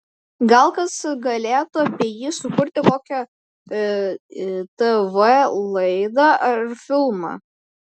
gal kas galėtų apie jį sukurti kokią tv laidą ar filmą